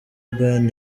bayern